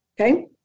Okay